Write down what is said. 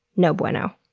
no bueno.